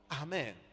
Amen